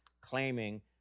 claiming